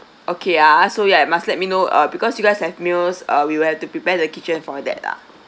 okay ah so ya must let me know uh because you guys have meals uh we will have to prepare the kitchen for that lah